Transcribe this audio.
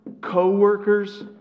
co-workers